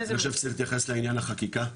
--- אני חושב שצריך להתייחס לעניין החקיקה,